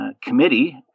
committee